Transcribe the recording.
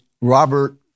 Robert